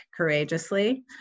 courageously